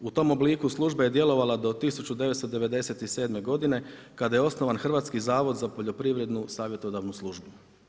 U tom obliku služba je djelovala do 1997. godine, kada je osnovan Hrvatski zavod za poljoprivrednu savjetodavnu službu.